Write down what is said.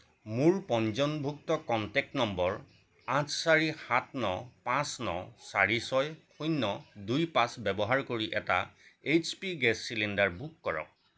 মোৰ পঞ্জীয়নভুক্ত contact number আঠ চাৰি সাত ন পাঁচ ন চাৰি ছয় শূণ্য দুই পাঁচ ব্যৱহাৰ কৰি এটা H P gas cylinder book কৰক